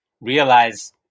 realize